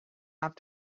have